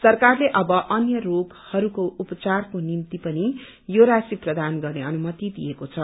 सरकारले अब अन्य रोगहरूको उपचारको निम्ति पनि यो राशि प्रदान गन्ने अनुमति दिएको छ